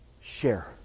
Share